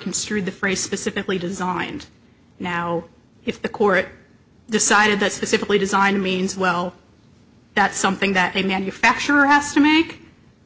construed the phrase specifically designed now if the court decided that specifically designed means well that's something that a manufacturer has to make